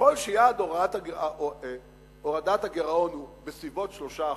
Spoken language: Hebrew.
שככל שיעד הורדת הגירעון הוא בסביבות 3%,